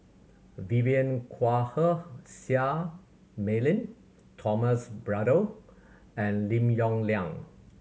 Vivien Quahe Seah Mei Lin Thomas Braddell and Lim Yong Liang